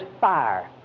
fire